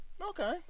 Okay